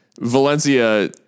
Valencia